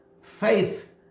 faith